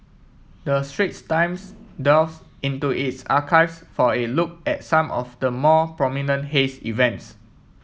the Straits Times delves into its archives for a look at some of the more prominent haze events